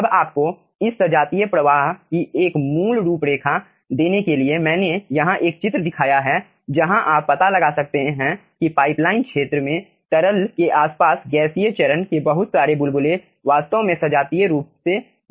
अब आपको इस सजातीय प्रवाह की एक मूल रूपरेखा देने के लिए मैंने यहाँ एक चित्र दिखाया है जहाँ आप पता लगा सकते हैं कि पाइपलाइन क्षेत्र में तरल के आसपास गैसीय चरण के बहुत सारे बुलबुले वास्तव में सजातीय रूप से बिखरे हुए हैं